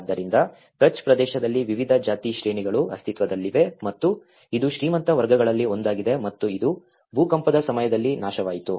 ಆದ್ದರಿಂದ ಕಛ್ ಪ್ರದೇಶದಲ್ಲಿ ವಿವಿಧ ಜಾತಿ ಶ್ರೇಣಿಗಳು ಅಸ್ತಿತ್ವದಲ್ಲಿವೆ ಮತ್ತು ಇದು ಶ್ರೀಮಂತ ವರ್ಗಗಳಲ್ಲಿ ಒಂದಾಗಿದೆ ಮತ್ತು ಇದು ಭೂಕಂಪದ ಸಮಯದಲ್ಲಿ ನಾಶವಾಯಿತು